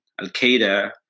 Al-Qaeda